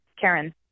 Karen